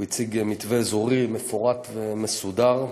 הוא הציג מתווה אזורי מפורט ומסודר,